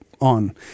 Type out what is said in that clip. on